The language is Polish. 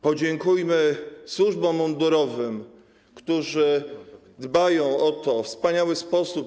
Podziękujmy służbom mundurowym, które dbają o to we wspaniały sposób.